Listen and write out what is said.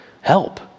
help